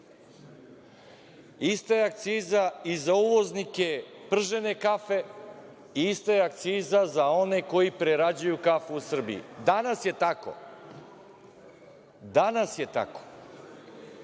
Ista je akciza i za uvoznike pržene kafe, ista je akciza za one koji prerađuju kafu u Srbiji. Danas je tako. Mi ovim zakonom